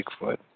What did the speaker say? Bigfoot